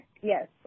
Yes